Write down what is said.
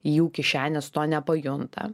jų kišenės to nepajunta